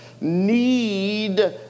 need